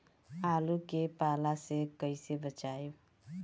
आलु के पाला से कईसे बचाईब?